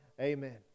amen